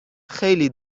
خیلی